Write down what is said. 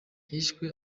hishwe